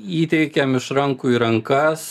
įteikiam iš rankų į rankas